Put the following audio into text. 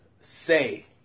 say